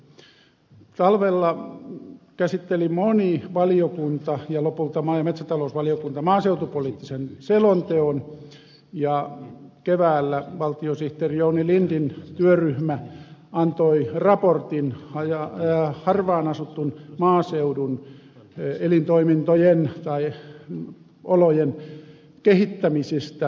talvella käsitteli moni valiokunta ja lopulta maa ja metsätalousvaliokunta maaseutupoliittisen selonteon ja keväällä valtiosihteeri jouni lindin työryhmä antoi raportin harvaanasutun maaseudun elintoimintojen tai olojen kehittämisestä